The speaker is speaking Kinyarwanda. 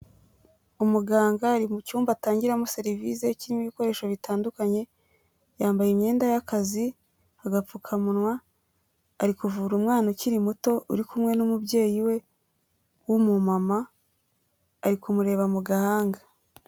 Umuganga ari mu cyumba atangiramo serivise, kirimo ibikoresho bitandukanye, yambaye imyenda y'akazi, agapfukamunwa, ari kuvura umwana ukiri muto uri kumwe n'umubyeyi we w'umumama, ari kumureba mu gahanga.